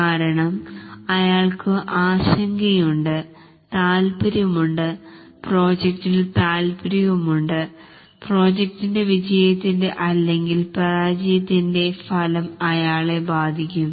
കാരണം അയാൾക്കു ആശങ്കയുണ്ട് താല്പര്യമുണ്ട് പ്രോജക്ടിൽ താല്പര്യംഉണ്ട് പ്രോജക്ടിന്റെ വിജയത്തിന്റെ അല്ലെങ്കിൽ പരാജയത്തിന്റെ ഫലം അയാളെ ബാധിക്കും